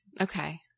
Okay